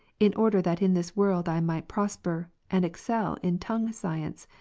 in order that in this world i might prosper, and excel in tongue-science,